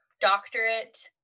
doctorate